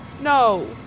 No